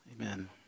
Amen